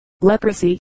leprosy